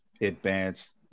advanced